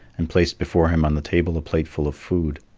and placed before him on the table a plateful of food.